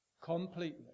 Completely